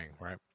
right